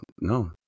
no